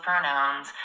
pronouns